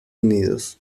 unidos